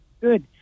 good